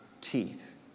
teeth